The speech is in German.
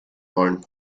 wollen